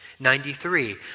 Ninety-three